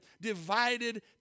divided